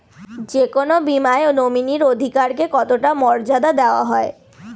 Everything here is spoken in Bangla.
যে কোনো বীমায় নমিনীর অধিকার কে কতটা মর্যাদা দেওয়া হয়?